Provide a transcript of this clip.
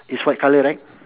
it's white colour right